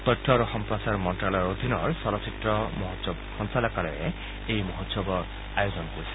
তথ্য আৰু সম্প্ৰচাৰ মন্ত্যালয়ৰ অধীনৰ চলচ্চিত্ৰ মহোৎসৱ সঞ্চালকালয়ে এই মহোৎসৱৰ আয়োজন কৰিছে